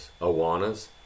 Awanas